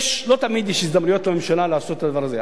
לא תמיד יש הזדמנויות לממשלה לעשות את הדבר הזה.